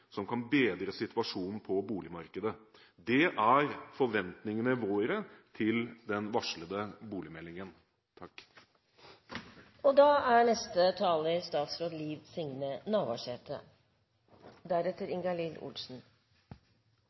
som kan bedre situasjonen på boligmarkedet. Det er forventningene våre til den varslede boligmeldingen. Regjeringa sitt mål og den overordna visjonen er